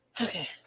Okay